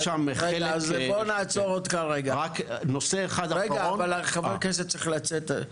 נעצור אותך לרגע, חבר הכנסת צריך לצאת.